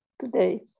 Today